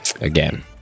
Again